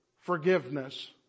forgiveness